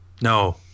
No